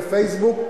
ה"פייסבוק",